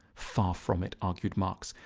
far from it, argued marx,